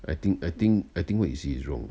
I think I think I think what you see is wrong